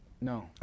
No